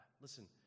listen